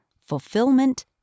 fulfillment